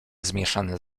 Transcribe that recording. zmieszane